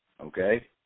okay